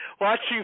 watching